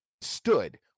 Stood